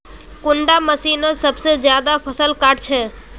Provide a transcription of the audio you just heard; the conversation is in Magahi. कुंडा मशीनोत सबसे ज्यादा फसल काट छै?